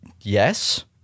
Yes